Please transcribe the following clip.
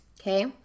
okay